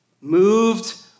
moved